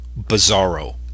bizarro